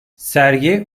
sergi